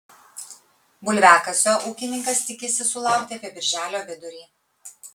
bulviakasio ūkininkas tikisi sulaukti apie birželio vidurį